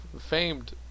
famed